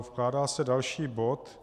Vkládá se další bod.